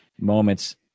moments